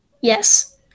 Yes